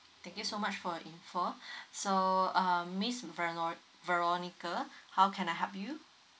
thank you so much for your info so um miss vero~ veronica how can I help you